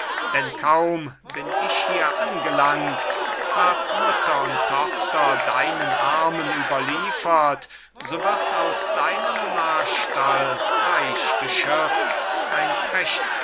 denn kaum bin ich hier angelangt hab mutter und tochter deinen armen überliefert so wird aus deinem marstall reich geschirrt ein